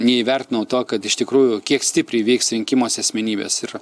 neįvertinau to kad iš tikrųjų kiek stipriai veiks rinkimuose asmenybės ir